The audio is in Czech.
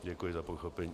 Děkuji za pochopení.